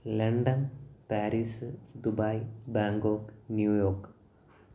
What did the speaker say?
London Paris Dubai Bangkok New York